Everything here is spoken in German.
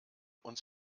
uns